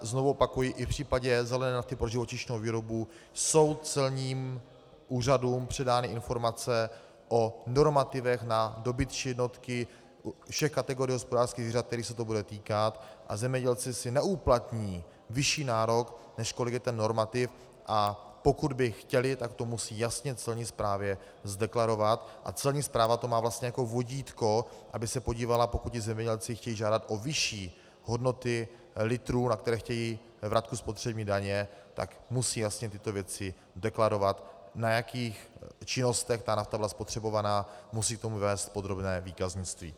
Znovu opakuji, i v případě zelené nafty pro živočišnou výrobu jsou celním úřadům předány informace o normativech na dobytčí jednotky všech kategorií hospodářských zvířat, kterých se to bude týkat, a zemědělci si neuplatní vyšší nárok, než kolik je normativ, a pokud by chtěli, tak to musí jasně Celní správě zdeklarovat a Celní správa to má vlastně jako vodítko, aby se podívala, pokud ji zemědělci chtějí žádat o vyšší hodnoty litrů, na které chtějí vratku spotřební daně, tak musí jasně tyto věci deklarovat, na jakých činnostech ta nafta byla spotřebována, musí k tomu vést podrobné výkaznictví.